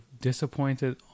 disappointed